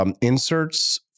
inserts